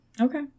Okay